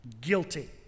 guilty